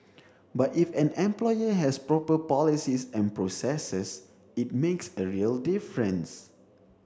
but if an employer has proper policies and processes it makes a real difference